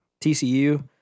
TCU